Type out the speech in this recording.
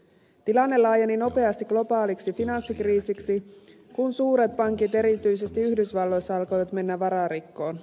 tilanne laajeni nopeasti globaaliksi finanssikriisiksi kun suuret pankit erityisesti yhdysvalloissa alkoivat mennä vararikkoon